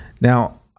Now